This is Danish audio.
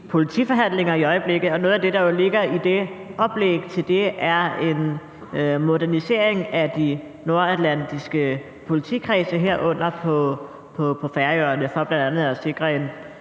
politiforhandlinger i øjeblikket, og noget af det, der jo ligger i oplægget til det, er en modernisering af de nordatlantiske politikredse, herunder dem på Færøerne – for bl.a. at sikre en